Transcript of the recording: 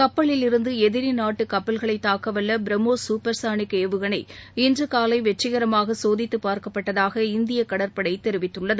கப்பலிலிருந்து எதிரி நாட்டு கப்பல்களை தாக்கவல்ல பிரமோஸ் சூப்பர் சானிக் ஏவுகணை இன்று காலை வெற்றிகரமாக சோதித்துப் பார்க்கப்பட்டதாக இந்திய கடற்படை தெிவித்துள்ளது